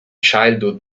childhood